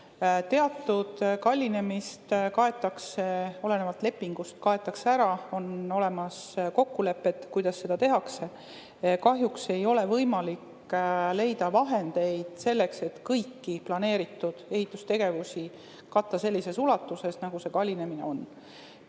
Teatud kallinemine kaetakse tulenevalt lepingust ära, on olemas kokkulepped, kuidas seda tehakse. Kahjuks ei ole võimalik leida vahendeid selleks, et kõiki planeeritud ehitustegevusi katta sellises ulatuses, nagu see kallinemine on.